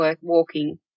walking